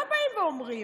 מה הם באים ואומרים?